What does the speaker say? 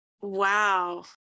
Wow